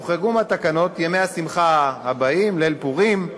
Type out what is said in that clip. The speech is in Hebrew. הוחרגו מהתקנות ימי השמחה הבאים: ליל פורים,